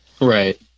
Right